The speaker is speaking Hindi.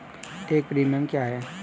एक प्रीमियम क्या है?